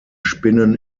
spinnen